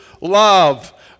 love